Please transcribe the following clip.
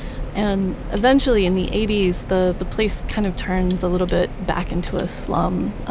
and eventually, in the eighties, the the place kind of turns a little bit back into a slum.